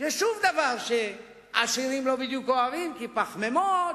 זה שוב דבר שעשירים לא בדיוק אוהבים, כי פחמימות